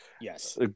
yes